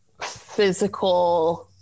physical